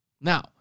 Now